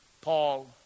Paul